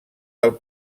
del